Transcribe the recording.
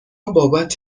بابت